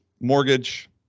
mortgage